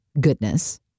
Goodness